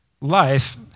life—